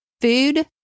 Food